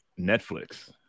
Netflix